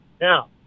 now